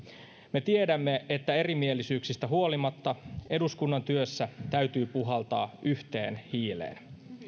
me tiedämme että erimielisyyksistä huolimatta eduskunnan työssä täytyy puhaltaa yhteen hiileen